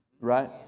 Right